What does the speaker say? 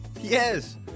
Yes